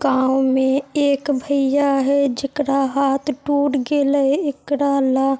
गाँव में एक भैया है जेकरा हाथ टूट गले एकरा ले